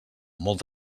molt